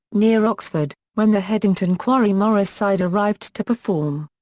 near oxford, when the headington quarry morris side arrived to perform.